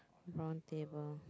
round table